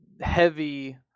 heavy